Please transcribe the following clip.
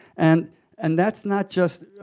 and and that's not just